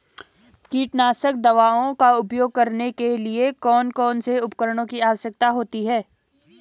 कीटनाशक दवाओं का उपयोग करने के लिए कौन कौन से उपकरणों की आवश्यकता होती है?